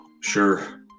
Sure